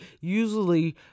usually